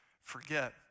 forget